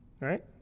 Right